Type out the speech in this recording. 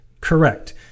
Correct